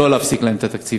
לא להפסיק להם את התקציב.